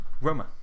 Roma